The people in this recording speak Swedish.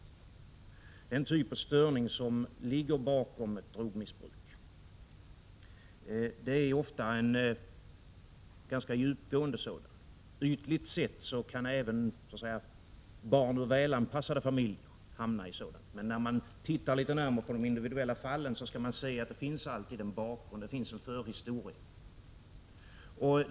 Den typ av störning som ligger bakom drogmissbruk är ofta en ganska djupgående sådan. Ytligt sett kan även barn ur så att säga välanpassade familjer hamna i sådant, men när man tittar litet närmare på de individuella fallen skall man se att det finns alltid en bakgrund, en förhistoria.